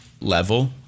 level